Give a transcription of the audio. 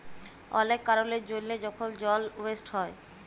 অলেক কারলের জ্যনহে যখল জল ওয়েস্ট হ্যয়